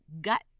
gut